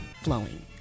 flowing